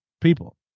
people